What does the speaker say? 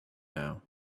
now